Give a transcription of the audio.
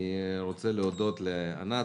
אני רוצה להודות לענת,